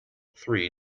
three